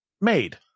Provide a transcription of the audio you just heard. made